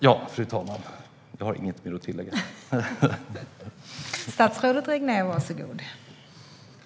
Jag har inget mer att tillägga, fru talman.